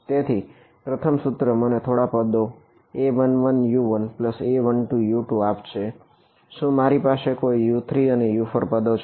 તેથી પ્રથમ સૂત્ર મને થોડા પદો A11U1A12U2 આપશે શું મારી પાસે કોઈ U3 અને U4 પદો છે